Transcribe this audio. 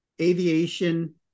aviation